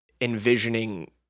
envisioning